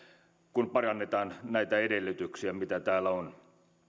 kun parannetaan näitä edellytyksiä mitä täällä on